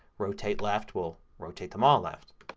rotate left will rotate them all left.